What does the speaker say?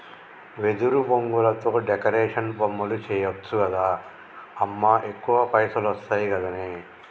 వెదురు బొంగులతో డెకరేషన్ బొమ్మలు చేయచ్చు గదా అమ్మా ఎక్కువ పైసలొస్తయి గదనే